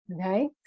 okay